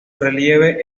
relieve